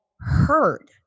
heard